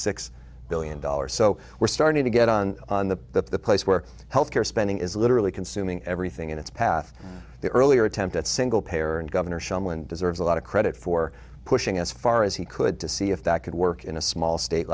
six billion dollars so we're starting to get on the the place where health care spending is literally consuming everything in its path the earlier attempt at single payer and governor shumlin deserves a lot of credit for pushing as far as he could to see if that could work in a small state